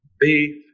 beef